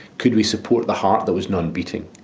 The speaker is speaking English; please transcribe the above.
could we support the heart that was non-beating?